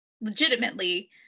legitimately